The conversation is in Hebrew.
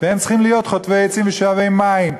והם צריכים להיות חוטבי עצים ושואבי מים.